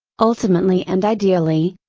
ultimately and ideally,